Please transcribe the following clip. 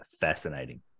fascinating